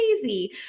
crazy